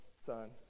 son